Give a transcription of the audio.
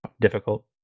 difficult